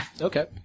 Okay